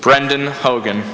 brendan hogan